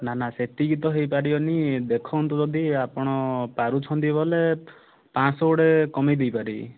ନା ନା ସେତିକି ତ ହୋଇପାରିବନି ଦେଖନ୍ତୁ ଯଦି ଆପଣ ପାରୁଛନ୍ତି ବଲେ ପାଞ୍ଚଶହ ଗୋଟେ କମେଇ ଦେଇ ପାରିବି